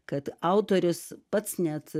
kad autorius pats net